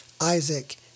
Isaac